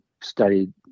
studied